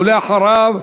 אחריו,